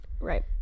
Right